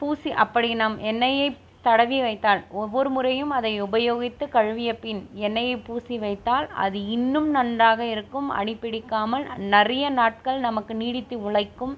பூசி அப்படி நம் எண்ணெயை தடவி வைத்தால் ஒவ்வொரு முறையும் அதை உபயோகித்து கழுவிய பின் எண்ணெயை பூசி வைத்தால் அது இன்னும் நன்றாக இருக்கும் அடி பிடிக்காமல் நிறைய நாட்கள் நமக்கு நீடித்து உழைக்கும்